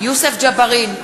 יוסף ג'בארין,